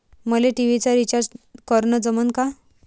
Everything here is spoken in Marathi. मले टी.व्ही चा रिचार्ज करन जमन का?